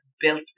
built